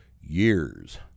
years